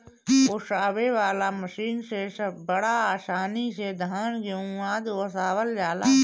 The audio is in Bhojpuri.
ओसावे वाला मशीन से बड़ा आसानी से धान, गेंहू आदि ओसावल जाला